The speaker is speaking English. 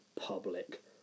public